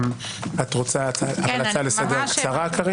בבקשה, הצעה לסדר קצרה.